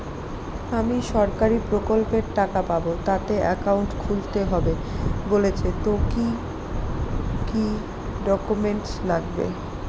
আমি সরকারি প্রকল্পের টাকা পাবো তাতে একাউন্ট খুলতে হবে বলছে তো কি কী ডকুমেন্ট লাগবে?